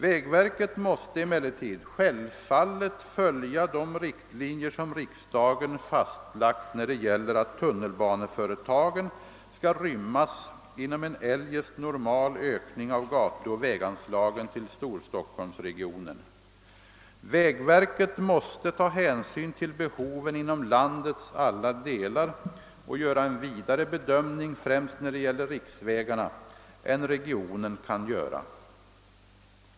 Vägverket måste emellertid självfallet följa de riktlinjer som riksdagen fastlagt när det gäller att tunnelbaneföretagen skall rymmas inom en eljest normal ökning av gatuoch väganslagen till Storstockholmsregionen. Vägverket måste ta hänsyn till behoven inom landets alla delar och göra en vidare bedömning — främst när det gäller riksvägarna — än regionen kan göra.